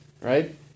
Right